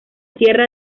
sierra